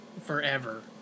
forever